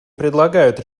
предлагают